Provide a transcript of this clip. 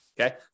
okay